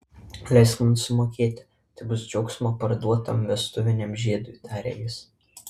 leisk man sumokėti tai bus džiaugsmo parduotam vestuviniam žiedui tarė jis